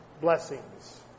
blessings